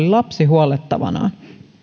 lapsi huollettavanaan